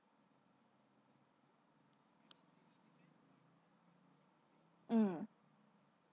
mm